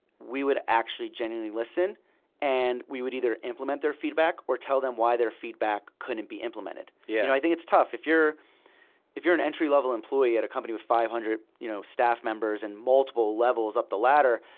we would actually genuinely listen and we would either implement their feedback or tell them why their feedback couldn't be implemented. yeah and i think it's tough. if you're if you're an entry level employee at a company with five hundred you know staff members and multiple levels up the ladder,